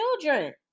children